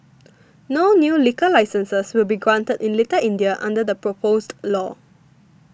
no new liquor licences will be granted in Little India under the proposed law